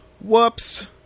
Whoops